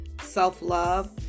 self-love